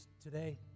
today